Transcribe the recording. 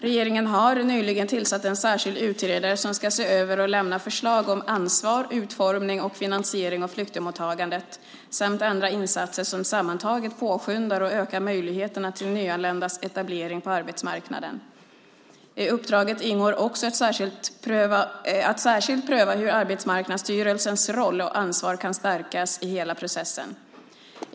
Regeringen har nyligen tillsatt en särskild utredare som ska se över och lämna förslag om ansvar, utformning och finansiering av flyktingmottagandet samt andra insatser som sammantaget påskyndar och ökar möjligheterna till nyanländas etablering på arbetsmarknaden. I uppdraget ingår också att särskilt pröva hur Arbetsmarknadsstyrelsens roll och ansvar kan stärkas i hela processen.